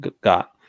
got